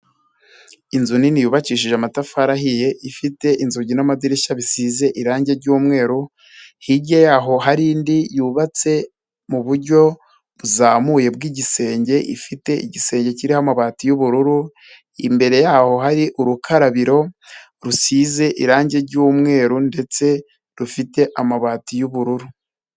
Inzu nini yubakishije amatafari ahiye, ifite inzugi n'amadirishya bisize irangi ry'umweru, hirya yaho hari indi yubatse mu buryo buzamuye bw'igisenge, ifite igisenge kiriho amabati y'ubururu, imbere yaho hari urukarabiro rusize irangi ry'umweru ndetse rufite amabati y'ubururu.